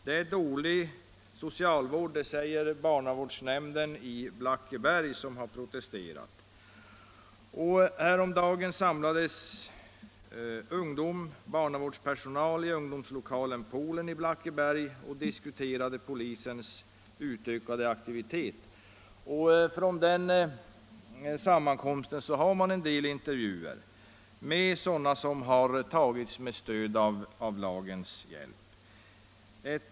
Det är dålig socialvård anser barnavårdsnämnden i Blackeberg, som har protesterat. Häromdagen samlades ungdomar och barnavårdspersonal i ungdomslokalen Poolen i Blackeberg och diskuterade polisens ökade aktivitet. Från den sammankomsten fick Aftonbladet en del intervjuer med sådana som har tagits med stöd av lagen om tillfälligt omhändertagande.